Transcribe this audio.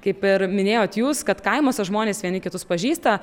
kaip ir minėjot jūs kad kaimuose žmonės vieni kitus pažįsta